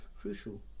crucial